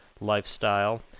lifestyle